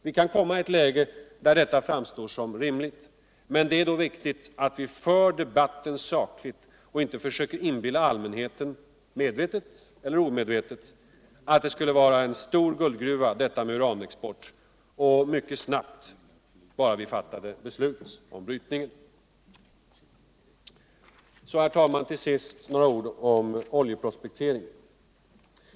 Vi kan komma i ett läge där det framstår som rimligt, men det är då vikugt att vi för debatten sakligt och inte försöker inbilla allmänheten - medvetet eller omedvetet — att uranexporten skulle vara en stor guldgruva, och det mycket snart bara vi fattade beslut om brytningen. Så några ord om oljeprospekteringen.